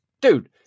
Dude